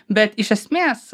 bet iš esmės